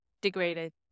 degraded